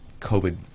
covid